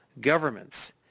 governments